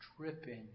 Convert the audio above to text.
dripping